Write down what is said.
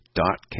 dot